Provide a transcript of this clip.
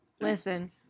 Listen